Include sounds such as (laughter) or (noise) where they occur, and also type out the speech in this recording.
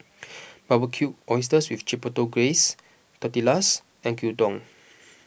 (noise) Barbecued Oysters with Chipotle Glaze Tortillas and Gyudon